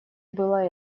было